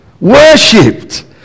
Worshipped